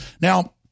Now